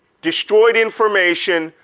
destroyed information,